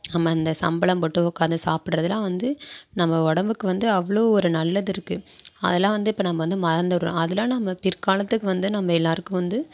நம்ம அந்த சம்பணம் போட்டு உக்கார்ந்து சாப்பிட்டுறதுலாம் வந்து நம்ம உடம்புக்கு வந்து அவ்வளோ ஒரு நல்லது இருக்குது அதெல்லாம் வந்து இப்போ நம்ப வந்து மறந்துடறோம் அதெல்லாம் நம்ம பிற்காலத்துக்கு வந்து நம்ம எல்லோருக்கும் வந்து